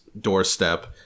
doorstep